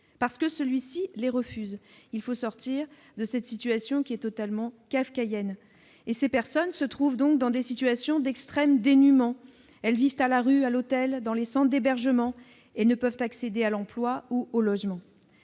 parce que ce dernier les refuse. Il faut sortir de cette situation totalement kafkaïenne. Ces personnes se trouvent dans des conditions d'extrême dénuement. Elles vivent à la rue, à l'hôtel ou dans des centres d'hébergement, et ne peuvent accéder à l'emploi ou au logement.